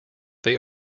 they